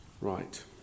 Right